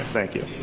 thank you.